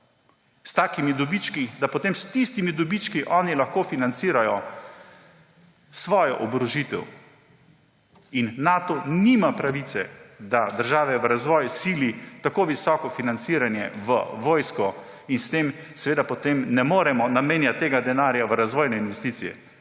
s takimi dobički, da potem s tistimi dobički oni lahko financirajo svojo oborožitev? Nato nima pravice, da države v razvoj sili v tako visoko financiranje v vojsko in potem ne moremo namenjati tega denarja v razvojne investicije.